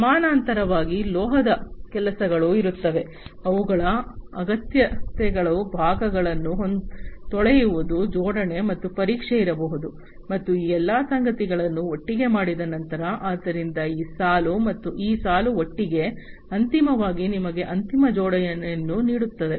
ಸಮಾನಾಂತರವಾಗಿ ಲೋಹದ ಕೆಲಸಗಳು ಇರುತ್ತವೆ ಅವುಗಳ ಅಗತ್ಯತೆಗಳು ಭಾಗಗಳನ್ನು ತೊಳೆಯುವುದು ಜೋಡಣೆ ಮತ್ತು ಪರೀಕ್ಷೆ ಇರಬಹುದು ಮತ್ತು ಈ ಎಲ್ಲ ಸಂಗತಿಗಳನ್ನು ಒಟ್ಟಿಗೆ ಮಾಡಿದ ನಂತರ ಆದ್ದರಿಂದ ಈ ಸಾಲು ಮತ್ತು ಈ ಸಾಲು ಒಟ್ಟಿಗೆ ಅಂತಿಮವಾಗಿ ನಿಮಗೆ ಅಂತಿಮ ಜೋಡಣೆಯನ್ನು ನೀಡುತ್ತದೆ